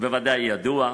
בוודאי ידוע.